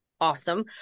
awesome